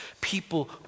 People